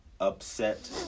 upset